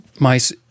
MICE